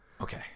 Okay